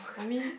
I mean